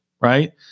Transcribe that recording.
right